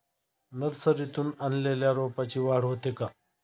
नर्सरीतून आणलेल्या रोपाची वाढ होते का?